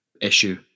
issue